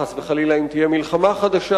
חס וחלילה אם תהיה מלחמה חדשה.